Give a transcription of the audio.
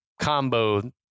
combo